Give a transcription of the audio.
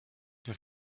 les